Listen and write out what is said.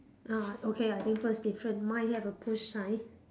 ah okay I think first different mine a push sign